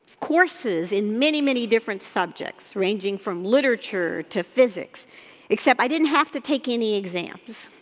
courses in many, many different subjects ranging from literature to physics except i didn't have to take any exams